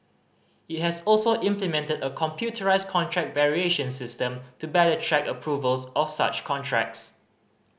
it has also implemented a computerised contract variation system to better track approvals of such contracts